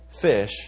fish